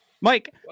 Mike